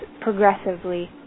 progressively